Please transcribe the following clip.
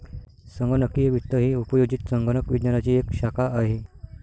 संगणकीय वित्त ही उपयोजित संगणक विज्ञानाची एक शाखा आहे